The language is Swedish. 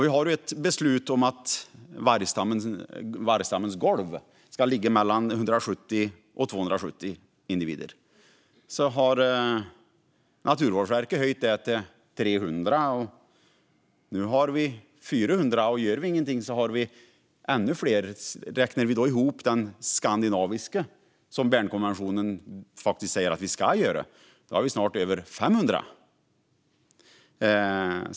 Vi har ett beslut om att vargstammens golv ska ligga mellan 170 och 270 individer. Naturvårdsverket har höjt det till 300, och nu har vi 400. Räknar vi ihop den skandinaviska stammen, vilket Bernkonventionen säger att vi ska, har vi snart över 500.